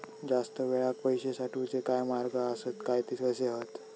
जास्त वेळाक पैशे साठवूचे काय मार्ग आसत काय ते कसे हत?